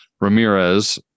ramirez